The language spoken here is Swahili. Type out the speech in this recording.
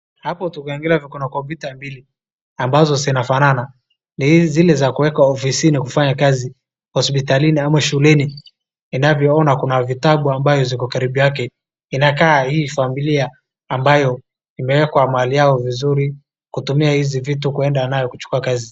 Hapo tukiangalia kuna kompyuta mbili ambazo zinafanana, ni zile za kuweka ofisini kufanya kazi, hospitalini, ama shuleni, tunavyoon kuna vitabu ambavyo viko kando yake, inakaa hii familia ambayo imeweka mali yao vizuri kutumia hizi vitu kuenda nayo kuchukua kazi.